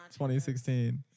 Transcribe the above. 2016